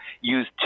use